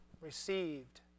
received